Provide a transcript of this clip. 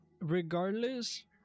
Regardless